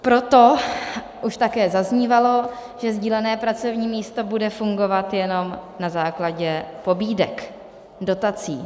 Proto už také zaznívalo, že sdílené pracovní místo bude fungovat jenom na základě pobídek, dotací.